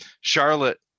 Charlotte